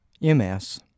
MS